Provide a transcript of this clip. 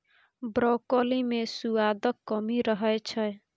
broccoli मे सुआदक कमी रहै छै